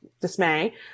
dismay